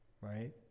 right